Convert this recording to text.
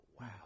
wow